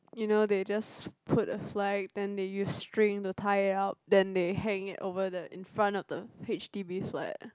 you know they just put a fly then they use string to tie it up then they hang it over the in front on the H_D_B flat